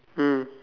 mm